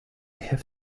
have